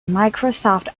microsoft